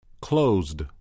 closed